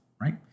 right